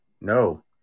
No